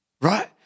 Right